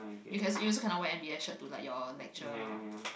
you can you also cannot wear M_B_S shirt to like your lecture